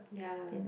ya